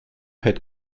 had